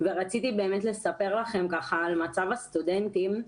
רציתי לספר לכם על מצב הסטודנטים.